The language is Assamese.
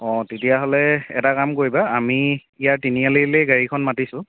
অ তেতিয়াহ'লে এটা কাম কৰিবা আমি ইয়াৰ তিনিআলিলৈ গাড়ীখন মাতিছোঁ